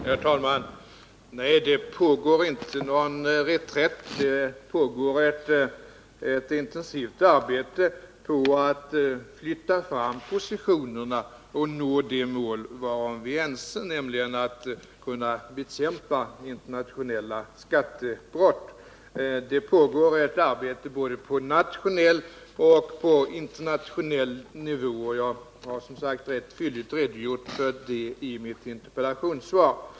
Herr talman! Nej, det är inte någon reträtt. Det pågår i stället ett intensivt arbete med att flytta fram positionerna för att nå det mål varom vi är ense, nämligen att bekämpa internationella skattebrott. Det arbetet pågår på både nationell och internationell nivå, och jag har ganska utförligt beskrivit det i mitt interpellationssvar.